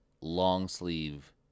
long-sleeve